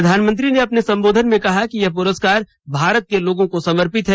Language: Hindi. प्रधानमंत्री ने अपने संबोधन में कहा कि यह प्रस्कार भारत के लोगों को समर्पित है